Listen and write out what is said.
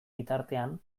bitartean